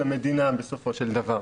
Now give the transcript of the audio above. למדינה בסופו של דבר.